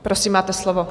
Prosím, máte slovo.